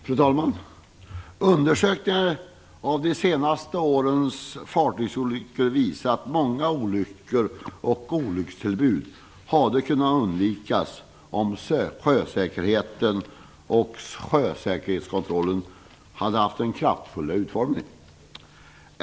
Fru talman! Undersökningar av de senaste årens fartygsolyckor visar att många olyckor och olyckstillbud hade kunnat undvikas om sjösäkerheten och sjösäkerhetskontrollen hade haft en kraftfullare utformning.